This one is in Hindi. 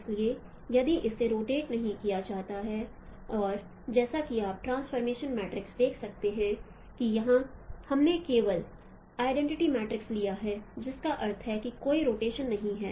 इसलिए यदि इसे रोटट नहीं किया जाता है जैसा कि आप ट्रांसफॉर्मेशन मैट्रिक्स देख सकते हैं कि यहां हमने केवल आइडेंटिटी मैट्रिक्स लिया है जिसका अर्थ है कि कोई रोटेशन नहीं है